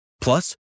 Plus